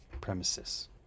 premises